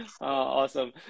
Awesome